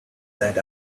that